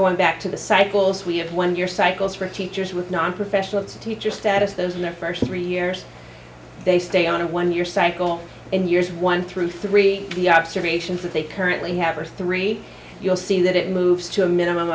going back to the cycles we have one year cycles for teachers with nonprofessional to teacher status those in the first three years they stay on a one year cycle in years one through three the observations that they currently have are three you'll see that it moves to a minimum